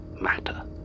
matter